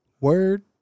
Word